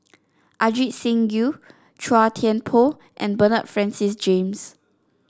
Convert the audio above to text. Ajit Singh Gill Chua Thian Poh and Bernard Francis James